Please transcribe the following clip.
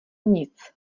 nic